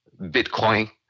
Bitcoin